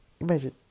Imagine